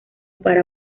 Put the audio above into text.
para